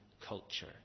culture